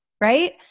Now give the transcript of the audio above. right